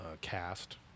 cast